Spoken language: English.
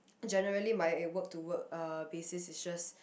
generally my work to work basis is just